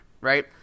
right